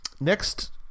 next